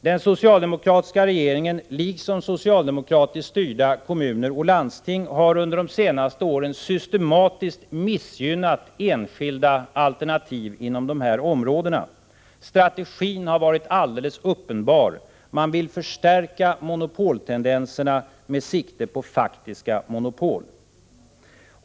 Den socialdemokratiska regeringen, liksom socialdemokratiskt styrda kommuner och landsting, har under de senaste åren systematiskt missgynnat enskilda alternativ inom de här områdena. Strategin har varit alldeles uppenbar: man vill förstärka monopoltendenserna med sikte på faktiska monopol.